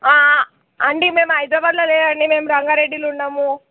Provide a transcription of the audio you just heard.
అండి మేము హైదరాబాద్లో లేమండి మేము రంగారెడ్డిలో ఉన్నాము